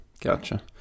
Gotcha